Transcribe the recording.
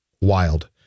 Wild